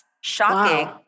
Shocking